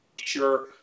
sure